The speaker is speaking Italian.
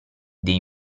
dei